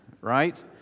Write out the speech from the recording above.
right